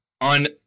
on